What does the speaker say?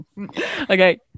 Okay